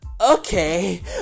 Okay